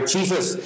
Jesus